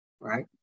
Right